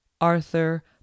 Arthur